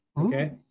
okay